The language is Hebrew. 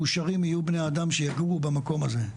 מאושרים יהיו בני האדם שיגורו במקום הזה.